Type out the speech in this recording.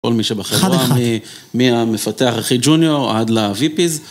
כל מי שבחברה, מהמפתח הכי ג'וניור עד ל VPs